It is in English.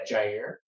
Jair